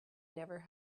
never